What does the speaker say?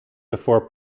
before